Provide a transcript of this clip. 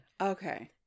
Okay